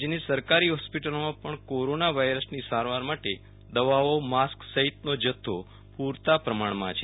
રાજ્યની સરકારી હોસ્પિટલોમાં પણ કોરોના વાયરસની સારવાર માટે દવાઓ માસ્ક સહિતનો જથ્થો પૂરતા પ્રમાણમાં છે